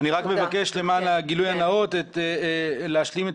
אני רק מבקש למען הגילוי הנאות להשלים את